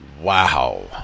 wow